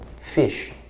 fish